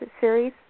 series